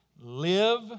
Live